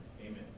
amen